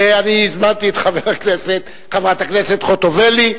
הזמנתי את חברת הכנסת חוטובלי,